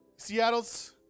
Seattle's